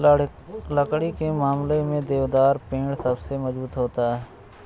लकड़ी के मामले में देवदार का पेड़ सबसे मज़बूत होता है